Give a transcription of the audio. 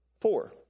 four